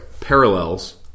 parallels